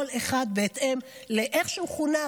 כל אחד בהתאם לאיך שהוא חונך.